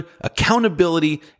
accountability